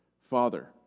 father